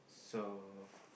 so